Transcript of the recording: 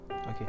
Okay